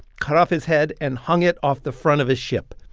cut off his head and hung it off the front of his ship.